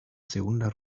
segunda